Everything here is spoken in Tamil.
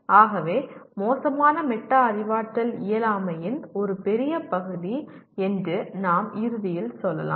ஆகவே மோசமான மெட்டா அறிவாற்றல் இயலாமையின் ஒரு பெரிய பகுதி என்று நாம் இறுதியில் சொல்லலாம்